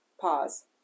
Pause